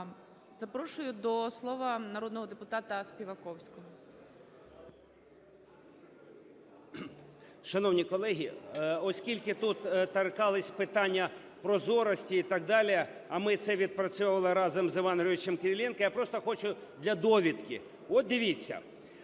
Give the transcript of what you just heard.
Запрошую до слова народного депутата Співаковського.